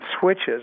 switches